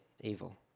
evil